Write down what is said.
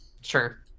sure